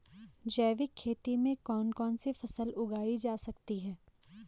जैविक खेती में कौन कौन सी फसल उगाई जा सकती है?